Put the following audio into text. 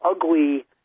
ugly